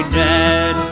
dead